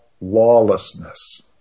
lawlessness